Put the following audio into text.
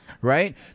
right